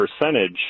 percentage